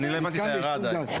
אני לא הבנתי את ההערה עדיין.